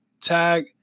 tag